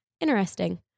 interesting